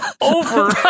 over